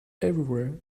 everywhere